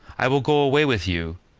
i will go away with you,